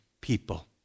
people